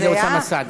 ולאוסאמה סעדי.